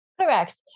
Correct